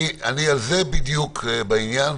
אני על זה בדיוק, בעניין.